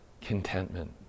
contentment